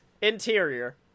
Interior